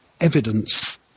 evidence